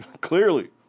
clearly